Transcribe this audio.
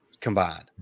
combined